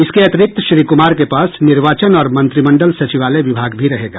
इसके अतिरिक्त श्री कुमार के पास निर्वाचन और मंत्रिमंडल सचिवालय विभाग भी रहेगा